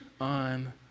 on